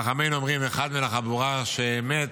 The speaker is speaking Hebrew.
חכמינו אומרים: אחד מן החבורה שמת,